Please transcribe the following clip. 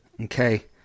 Okay